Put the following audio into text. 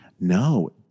No